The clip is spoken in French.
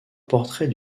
portrait